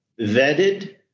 vetted